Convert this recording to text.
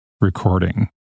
recording